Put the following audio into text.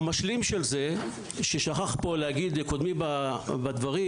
המשלים של זה ששכח פה להגיד קודמי בדברים.